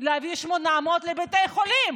להביא 800 לבתי חולים?